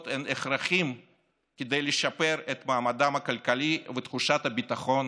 הם הכרחיים כדי לשפר את מעמדן הכלכלי ואת תחושת הביטחון